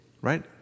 right